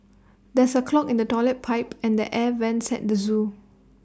there is A clog in the Toilet Pipe and the air Vents at the Zoo